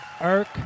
Irk